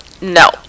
No